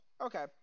Okay